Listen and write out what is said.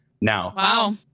Now